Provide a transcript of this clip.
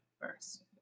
first